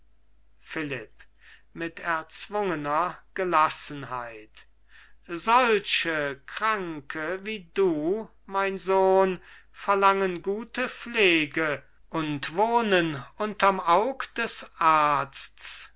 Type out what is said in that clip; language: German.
philipp mit erzwungener gelassenheit solche kranke wie du mein sohn verlangen gute pflege und wohnen unterm aug des arzts